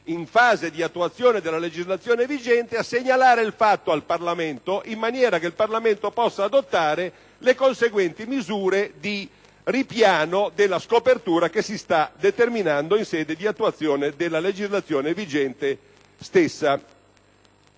in fase di attuazione della legislazione vigente, a segnalare il fatto al Parlamento, in modo che il Parlamento possa adottare le conseguenti misure di ripiano della scopertura che si sta determinando in sede di attuazione della legislazione vigente stessa.